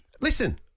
Listen